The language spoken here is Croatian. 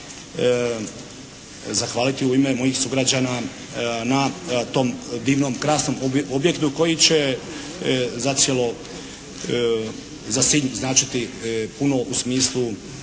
zahvaliti u ime mojih sugrađana na tom divnom, krasnom objektu koji će zacijelo za Sinj značiti puno u smislu